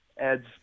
adds